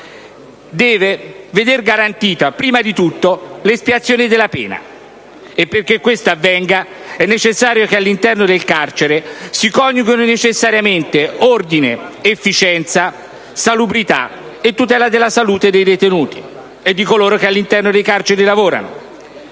deve veder garantita, prima di tutto, l'espiazione della pena. Affinché ciò avvenga, è necessario che all'interno del carcere si coniughino ordine, efficienza, salubrità e tutela della salute dei detenuti e di coloro che all'interno delle carceri lavorano.